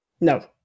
No